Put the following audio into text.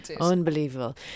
Unbelievable